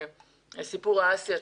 סיפור האסי עצמו,